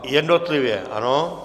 Jednotlivě, ano?